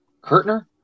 Kurtner